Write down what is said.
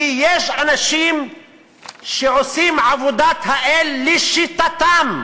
כי יש אנשים שעושים עבודת האל לשיטתם.